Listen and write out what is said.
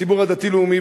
הציבור הדתי-לאומי,